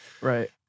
right